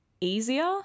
easier